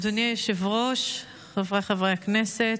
אדוני היושב-ראש, חבריי חברי הכנסת,